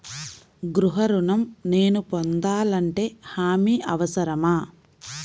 గృహ ఋణం నేను పొందాలంటే హామీ అవసరమా?